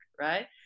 right